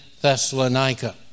Thessalonica